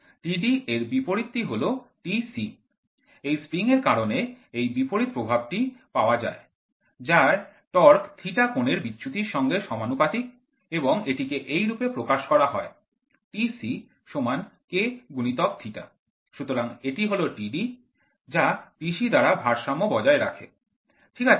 Td এর বিপরীত টি হল Tc এই স্প্রিং এর কারনে এই বিপরীত প্রভাবটি পাওয়া যায় যার টর্ক θ কোণের বিচ্যুতির সঙ্গে সমানুপাতিক এবং এটিকে এই রূপে প্রকাশ করা হয় Tc K × θ সুতরাং একটি হল Td যা Tc দ্বারা ভারসাম্য বজায় রাখে ঠিক আছে